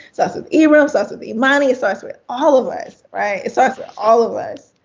starts with ibram, starts with imani, starts with all of us, right? starts with all of us.